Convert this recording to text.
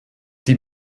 die